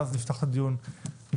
ואז נפתח את הדיון לכולם.